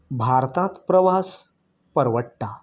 भारतांत प्रवास परवडटा